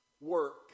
work